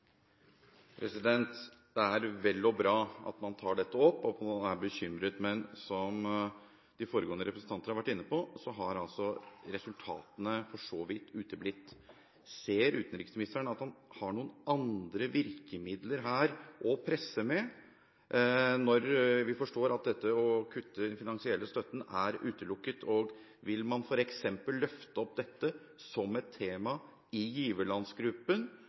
at man er bekymret. Men som de foregående representanter har vært inne på, har altså resultatene for så vidt uteblitt. Ser utenriksministeren at han har noen andre virkemidler her å presse med, når vi forstår at det å kutte i den finansielle støtten er utelukket? Vil man f.eks. løfte opp dette som et tema i giverlandsgruppen